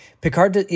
Picard